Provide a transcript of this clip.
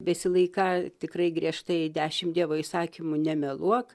besilaiką tikrai griežtai dešimt dievo įsakymų nemeluok